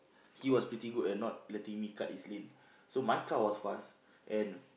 he was pretty good at not letting me cut his lane so my car was fast and